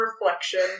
reflection